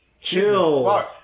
chill